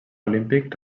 olímpic